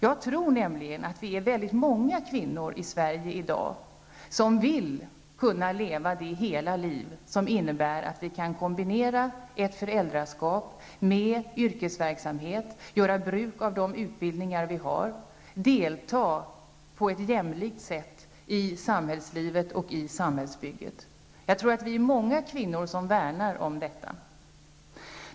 Jag tror nämligen att det i Sverige i dag finns väldigt många kvinnor som vill kunna leva det hela liv som det innebär att vi kan kombinera ett föräldraskap med yrkesverksamhet, göra bruk av den utbildning vi har och delta på ett jämlikt sätt i samhällslivet och samhällsbygget. Jag tror att vi är många kvinnor som värnar om detta.